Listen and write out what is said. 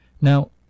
Now